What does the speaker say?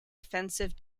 offensive